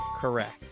Correct